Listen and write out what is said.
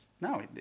No